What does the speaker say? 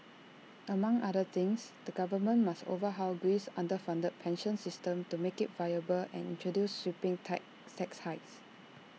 among other things the government must overhaul Greece's underfunded pension system to make IT viable and introduce sweeping tai tax hikes